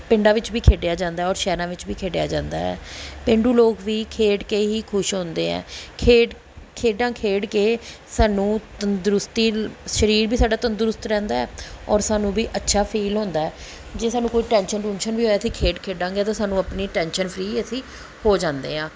ਪਿੰਡਾਂ ਵਿੱਚ ਵੀ ਖੇਡਿਆ ਜਾਂਦਾ ਹੈ ਔਰ ਸ਼ਹਿਰਾਂ ਵਿੱਚ ਵੀ ਖੇਡਿਆ ਜਾਂਦਾ ਹੈ ਪੇਂਡੂ ਲੋਕ ਵੀ ਖੇਡ ਕੇ ਹੀ ਖੁਸ਼ ਹੁੰਦੇ ਹੈ ਖੇਡ ਖੇਡਾਂ ਖੇਡ ਕੇ ਸਾਨੂੰ ਤੰਦਰੁਸਤੀ ਸਰੀਰ ਵੀ ਸਾਡਾ ਤੰਦਰੁਸਤ ਰਹਿੰਦਾ ਹੈ ਔਰ ਸਾਨੂੰ ਵੀ ਅੱਛਾ ਫੀਲ ਹੁੰਦਾ ਹੈ ਜੇ ਸਾਨੂੰ ਕੋਈ ਟੈਨਸ਼ਨ ਟੂਸ਼ਨ ਵੀ ਹੋਏ ਅਸੀਂ ਖੇਡ ਖੇਡਾਂਗੇ ਤਾਂ ਸਾਨੂੰ ਆਪਣੀ ਟੈਨਸ਼ਨ ਫਰੀ ਅਸੀਂ ਹੋ ਜਾਂਦੇ ਹਾਂ